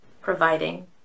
Providing